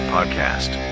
Podcast